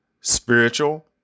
spiritual